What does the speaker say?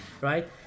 right